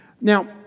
Now